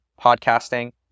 podcasting